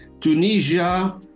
Tunisia